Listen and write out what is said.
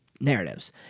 narratives